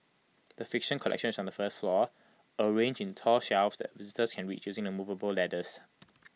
the fiction collection is on the first floor arranged in tall shelves that visitors can reach using the movable ladders